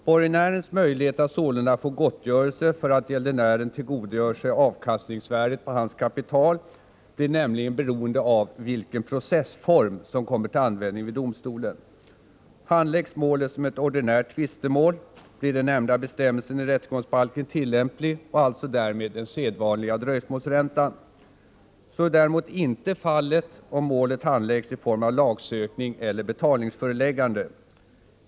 Borgenärens möjlighet att sålunda få gottgörelse för att gäldenären tillgodogör sig avkastningsvärdet på hans kapital blir nämligen beroende av vilken processform som kommer till användning vid domstolen. Handläggs målet som ett ordinärt tvistemål blir den nämnda bestämmelsen i rättegångsbalken tillämplig och alltså därmed den sedvanliga dröjsmålsräntan. Så är däremot inte fallet, om målet handläggs i form av lagsökning eller betalningsföreläggande.